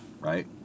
Right